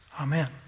Amen